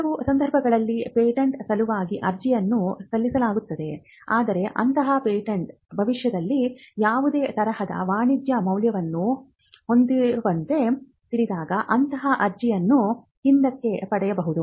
ಕೆಲವು ಸಂದರ್ಭಗಳಲ್ಲಿ ಪೇಟೆಂಟ್ ಸಲುವಾಗಿ ಅರ್ಜಿಯನ್ನು ಸಲ್ಲಿಸಲಾಗುತ್ತದೆ ಆದರೆ ಅಂತಹ ಪೇಟೆಂಟ್ ಭವಿಷ್ಯದಲ್ಲಿ ಯಾವುದೇ ತರಹದ ವಾಣಿಜ್ಯ ಮೌಲ್ಯವನ್ನು ಹೊಂದಿಲ್ಲವೆಂದು ತಿಳಿದಾಗ ಅಂತಹ ಅರ್ಜಿಯನ್ನು ಹಿಂದಕ್ಕೆ ಪಡೆಯಬಹುದು